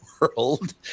world